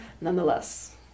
nonetheless